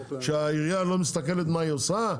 שהעירייה לא מסתכלת מה היא עושה?